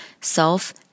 self